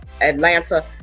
Atlanta